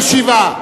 בעד, 57,